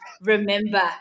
remember